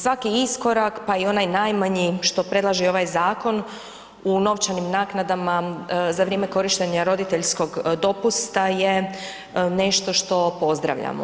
Svaki iskorak, pa i onaj najmanji što predlaže i ovaj zakon u novčanim naknadama za vrijeme korištenja roditeljskog dopusta je nešto što pozdravljamo.